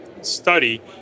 study